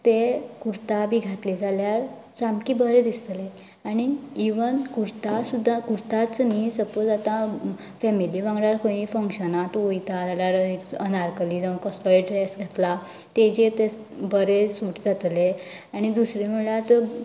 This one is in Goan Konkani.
तें कुर्ता बी घातले जाल्यार सामकें बरें दिसतले आनी इवन कुर्ता सुद्दां कुर्ताच न्ही सपोज आता फेमिली वांगडा खंय फंक्शनाक तूं वयता जाल्यार अनारकली जावं कसलोय ड्रेस घातला तेचेर तें बरें सूट जातले आनी दुसरें म्हळ्यार